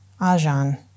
Ajahn